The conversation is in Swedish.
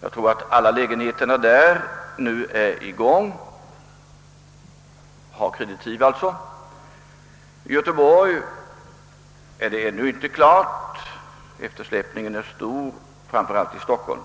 jag tror att alla lägenheterna där nu satts i gång, d.v.s. kreditiv har lämnats. Göteborg har ännu inte utnyttjat hela sin tilldelning, och eftersläpningen är stor framför allt i Stockholm.